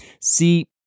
See